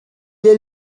est